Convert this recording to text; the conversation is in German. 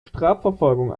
strafverfolgung